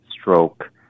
stroke